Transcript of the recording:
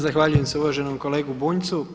Zahvaljujem se uvaženom kolegi Bunjcu.